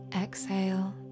Exhale